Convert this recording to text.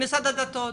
משרד הדתות?